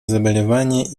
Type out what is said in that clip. заболевания